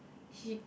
she